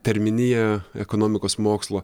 terminiją ekonomikos mokslo